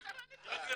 מה קרה לך?